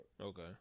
Okay